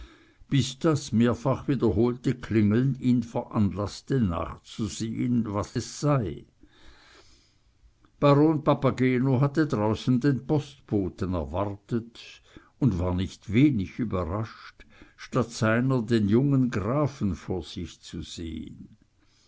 bis das mehrfach wiederholte klingeln ihn veranlaßte nachzusehen was es sei baron papageno hatte draußen den postboten erwartet und war nicht wenig überrascht statt seiner den jungen grafen vor sich zu sehen